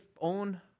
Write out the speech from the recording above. own